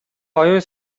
оюун